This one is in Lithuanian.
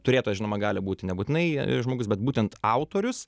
turėtojas žinoma gali būti nebūtinai žmogus bet būtent autorius